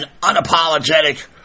unapologetic